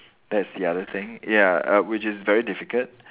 that's the other thing ya uh which is very difficult